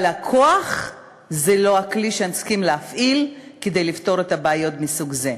אבל הכוח הוא לא הכלי שהם צריכים להפעיל כדי לפתור את הבעיות מהסוג הזה.